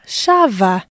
shava